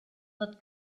that